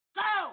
go